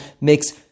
makes